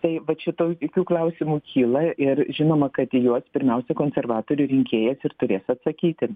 tai vat šitokių klausimų kyla ir žinoma kad į juos pirmiausia konservatorių rinkėjas ir turės atsakyti